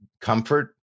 comfort